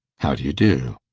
how do you do?